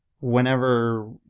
whenever